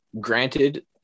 granted